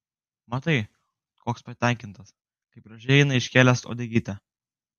matai koks patenkintas kaip gražiai eina iškėlęs uodegytę